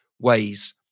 ways